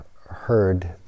heard